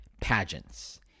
pageants